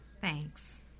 Thanks